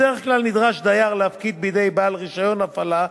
בדרך כלל נדרש דייר להפקיד בידי בעל רשיון הפעלה,